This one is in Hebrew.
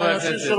שב.